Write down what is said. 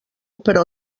però